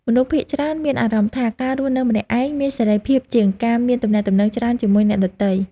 មនុស្សភាគច្រើនមានអារម្មណ៍ថា ការរស់នៅម្នាក់ឯងមានសេរីភាពជាងការមានទំនាក់ទំនងច្រើនជាមួយអ្នកដទៃ។